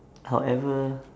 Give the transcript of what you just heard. however